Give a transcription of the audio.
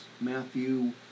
Matthew